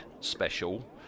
special